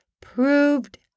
proved